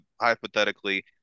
Hypothetically